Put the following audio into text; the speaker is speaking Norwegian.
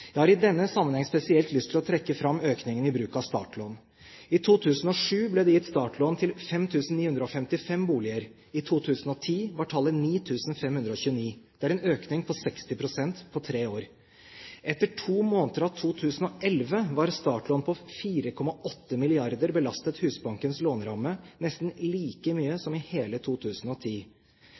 Jeg har i denne sammenheng spesielt lyst til å trekke fram økningen i bruk av startlån. I 2007 ble det gitt startlån til 5 955 boliger. I 2010 var tallet 9 529. Det er en økning på 60 pst. på tre år. Etter to måneder av 2011 var startlån på 4,8 mrd. kr belastet Husbankens låneramme, nesten like mye som i hele 2010,